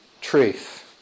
truth